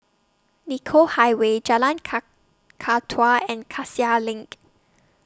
Nicoll Highway Jalan Kakatua and Cassia LINK